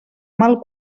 mal